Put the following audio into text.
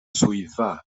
swyddfa